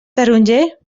taronger